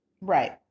Right